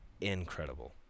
incredible